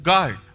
God